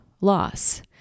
loss